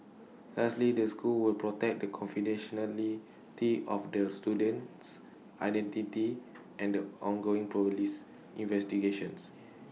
lastly the school will protect the confidentiality of the student's identity and the ongoing Police investigations